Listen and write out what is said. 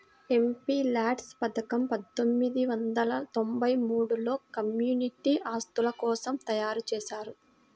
MPLADS పథకం పందొమ్మిది వందల తొంబై మూడులో కమ్యూనిటీ ఆస్తుల కోసం తయ్యారుజేశారు